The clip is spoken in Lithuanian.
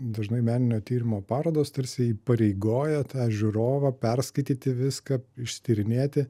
dažnai meninio tyrimo parodos tarsi įpareigoja tą žiūrovą perskaityti viską ištyrinėti